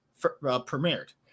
premiered